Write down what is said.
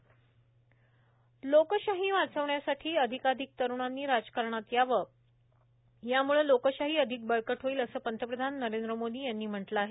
य्वा संसद लोकशाही वाचवण्यासाठी अधिकाधिक तरुणांनी राजकारणात यावं यामुळे लोकशाही अधिक बळकट होईल असं पंतप्रधान नरेंद्र मोदी यांनी म्हटलं आहे